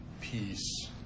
peace